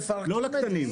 לא לקטנים.